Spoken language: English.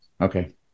Okay